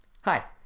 Hi